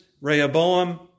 Rehoboam